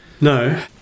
No